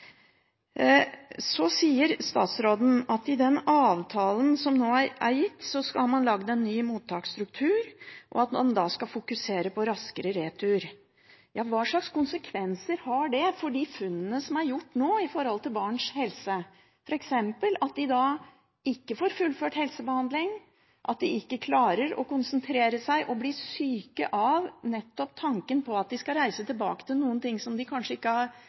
gitt, har man laget en ny mottaksstruktur, og at man da skal fokusere på raskere retur. Hva slags konsekvenser har det for de funnene som nå er gjort når det gjelder barns helse, f.eks. at de da ikke får fullført helsebehandling, at de ikke klarer å konsentrere seg og blir syke av nettopp tanken på at de skal reise tilbake til noe de kanskje ikke har